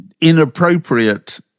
inappropriate